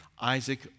Isaac